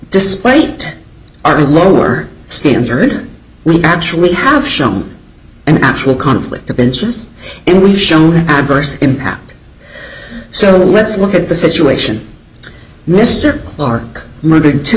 despite our lower standard we actually have shown an actual conflict of interest and we've shown an adverse impact so let's look at the situation mr clarke murdered